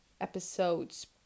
episodes